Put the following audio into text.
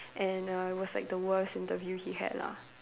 and err it was like the worst interview he had lah